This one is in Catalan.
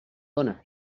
dóna